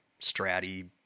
stratty